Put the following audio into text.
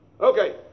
Okay